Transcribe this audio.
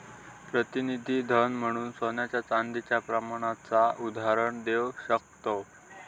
प्रतिनिधी धन म्हणून सोन्या चांदीच्या प्रमाणपत्राचा उदाहरण देव शकताव